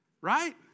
Right